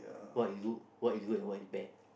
what is good and what is bad